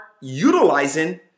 utilizing